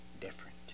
different